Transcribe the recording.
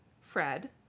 Fred